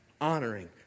honoring